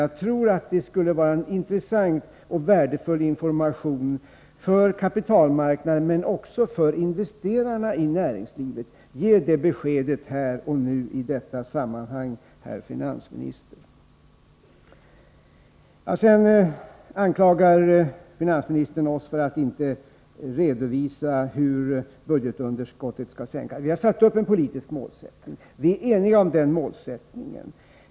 Jag tror att det skulle vara en intressant och värdefull information för kapitalmarknaden men också för investerarna i näringslivet. Ge det beskedet här och nu i detta sammånhang, herr finansminister. Sedan anklagade finansministern oss för att inte ha redovisat hur budgetunderskottet skall minskas. Men vi har satt upp en politisk målsättning. Vi är eniga om den målsättningen.